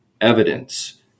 evidence